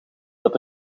dat